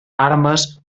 armes